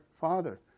father